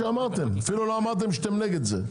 אפילו לא אמרתם שאתם נגד זה.